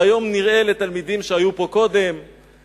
שהיום נראה לתלמידים שהיו פה קודם,